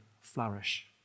flourish